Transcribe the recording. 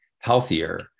healthier